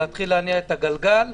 להתחיל להניע את הגלגל,